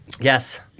Yes